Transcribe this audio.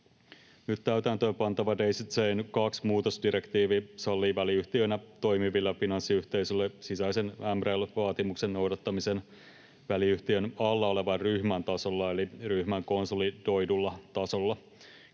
täytäntöönpantava Daisy Chain 2 ‑muutosdirektiivi sallii väliyhtiöinä toimiville finanssiyhteisöille sisäisen MREL-vaatimuksen noudattamisen väliyhtiön alla olevan ryhmän tasolla eli ryhmän konsolidoidulla tasolla.